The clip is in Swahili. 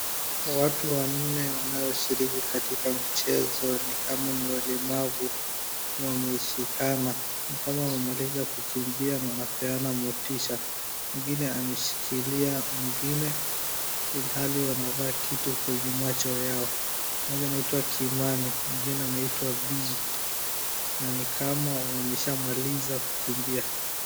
Watu wanne wanaoshiriki katika mchezo ni kama ni walemavu wameshikana ni kama wamemaliza kukimbia na wanapeana motisha. Mwingine ameshikilia mwingine ilhali wanavaa kitu kwenye macho yao, mmoja anaitwa kimani na mwingine anaitwa Bihi na nikama washamaliza kukimbia.